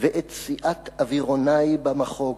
ואת סיעת-אווירוני במחוג,